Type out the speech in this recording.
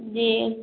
जी